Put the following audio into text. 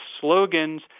slogans